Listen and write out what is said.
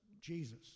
Jesus